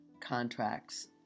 contracts